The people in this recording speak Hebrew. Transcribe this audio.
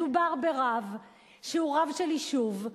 מדובר ברב שהוא רב של יישוב,